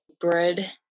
bread